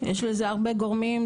יש לזה הרבה גורמים,